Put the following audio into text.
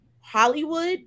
Hollywood